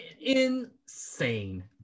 Insane